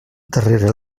darrere